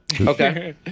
Okay